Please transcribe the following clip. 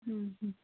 ꯎꯝ ꯎꯝ